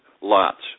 lots